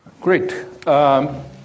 great